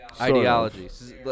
ideologies